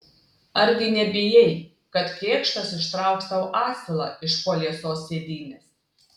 argi nebijai kad kėkštas ištrauks tau asilą iš po liesos sėdynės